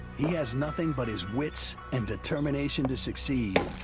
he has nothing but his wits and determination to succeed.